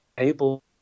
able